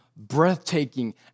Breathtaking